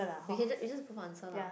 you can just you just put answer lah